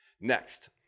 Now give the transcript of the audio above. Next